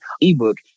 ebook